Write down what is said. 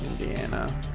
Indiana